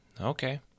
Okay